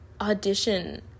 audition